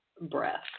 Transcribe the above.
breath